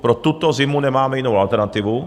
Pro tuto zimu nemáme jinou alternativu!